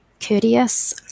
courteous